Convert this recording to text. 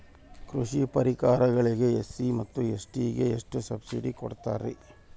ಕೃಷಿ ಪರಿಕರಗಳಿಗೆ ಎಸ್.ಸಿ ಮತ್ತು ಎಸ್.ಟಿ ಗೆ ಎಷ್ಟು ಸಬ್ಸಿಡಿ ಕೊಡುತ್ತಾರ್ರಿ?